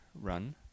run